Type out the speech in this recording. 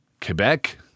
Quebec